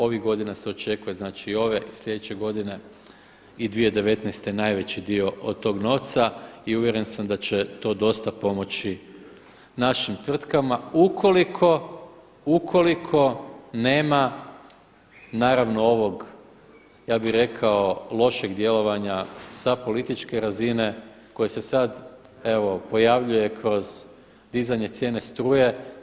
Ovih godina se očekuje, znači ove i sljedeće godine i 2019. najveći dio od tog novca i uvjeren sam da će to dosta pomoći našim tvrtkama ukoliko nema naravno ovog ja bih rekao lošeg djelovanja sa političke razine koji se sad evo pojavljuje kroz dizanje cijene struje.